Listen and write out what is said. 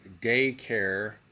daycare